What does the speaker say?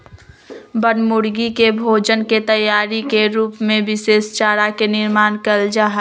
बनमुर्गी के भोजन के तैयारी के रूप में विशेष चारा के निर्माण कइल जाहई